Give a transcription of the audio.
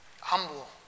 Humble